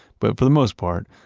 but for the most part,